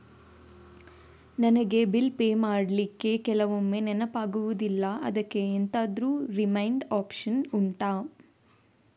ನನಗೆ bill pay ಮಾಡ್ಲಿಕ್ಕೆ ಕೆಲವೊಮ್ಮೆ ನೆನಪಾಗುದಿಲ್ಲ ಅದ್ಕೆ ಎಂತಾದ್ರೂ ರಿಮೈಂಡ್ ಒಪ್ಶನ್ ಉಂಟಾ